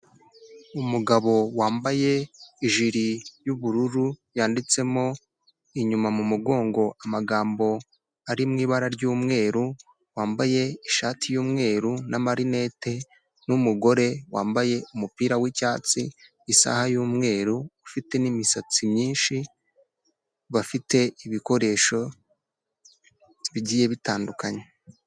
Umugabo wambaye ijiri y'ubururu yanditsemo inyuma mu mugongo amagambo ari mu ibara ry'umweru, wambaye ishati y'umweru na marinete, n'umugore wambaye umupira w'icyatsi, isaha y'umweru ufite n'imisatsi myinshi, bafite ibikoresho bigiye bitandukanye.